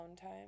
time